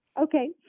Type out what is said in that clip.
Okay